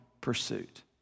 pursuit